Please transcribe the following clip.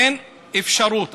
אין אפשרות.